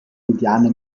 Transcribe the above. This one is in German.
juliane